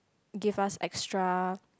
give us extra